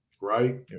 Right